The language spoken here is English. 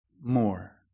more